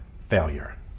failure